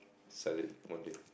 sell it one day